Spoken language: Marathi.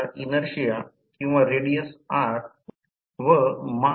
आहे तर समीकरण 1 आणि 2 सोडवत W i 267